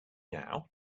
now